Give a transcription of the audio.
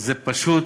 זה פשוט,